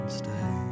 stay